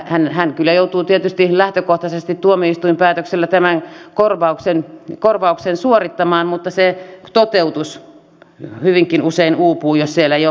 hän kyllä joutuu tietysti lähtökohtaisesti tuomioistuinpäätöksellä tämän korvauksen suorittamaan mutta se toteutus hyvinkin usein uupuu jos siellä ei ole varoja